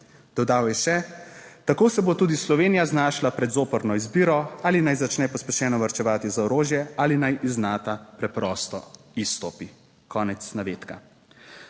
Dodal je še: "Tako se bo tudi Slovenija znašla pred zoprno izbiro, ali naj začne pospešeno varčevati za orožje ali naj iz Nata preprosto izstopi." Konec navedka.